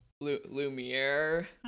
Lumiere